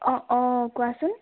অঁ অঁ কোৱাচোন